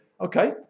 Okay